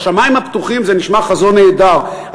"שמים פתוחים" זה נשמע חזון נהדר,